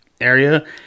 area